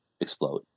explode